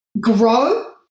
grow